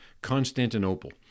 Constantinople